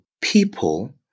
people